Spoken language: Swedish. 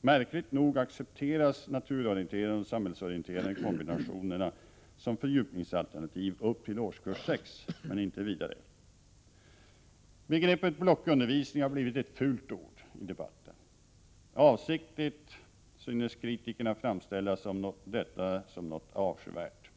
Märkligt nog accepteras de naturorienterande och samhällsorienterande kombinationerna som fördelningsalternativ upp till årskurs 6, men inte vidare. Begreppet blockundervisning har blivit ett fult ord i debatten. Avsiktligt synes kritikerna framställa detta som något avskyvärt.